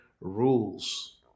rules